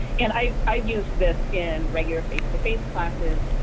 and i i've used this in regular face-to-face classes,